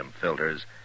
filters